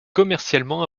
commercialement